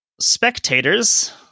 Spectators